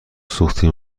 سوختی